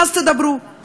אז תדברו,